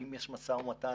האם יש משא ומתן?